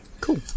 Cool